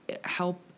Help